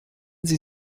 sie